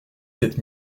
sept